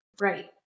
Right